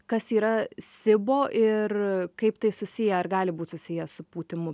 kas yra sibo ir kaip tai susiję ar gali būt susiję su pūtimu